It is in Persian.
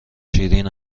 شیرین